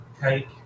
cake